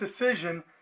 decision